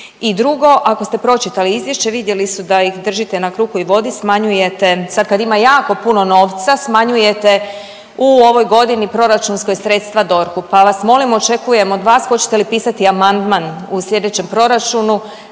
I drugo, ako ste pročitali izvješće vidjeli su da ih držite na kruhu i vodi, smanjujete, sad kad ima jako puno novca smanjujete u ovoj godini proračunskoj sredstva DORH-u, pa vas molim, očekujem od vas hoćete li pisati amandman u sljedećem proračunu